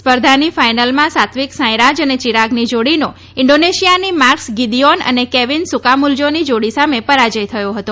સ્પર્ધાની ફાઈનલમાં સાત્વિક સાંઈરાજ અને ચિરાગની જોડીનો ઈન્ડોનેશિયાની માર્કસ ગિદીઓન અને કેવીન સુકામુલ્જોની જોડી સામે પરાજય થયો હતો